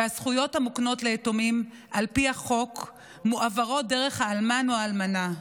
והזכויות המוקנות ליתומים על פי החוק מועברות דרך האלמן או האלמנה.